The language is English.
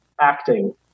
acting